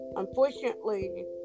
Unfortunately